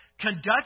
Conduct